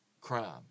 crime